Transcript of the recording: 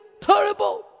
terrible